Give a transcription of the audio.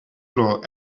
floor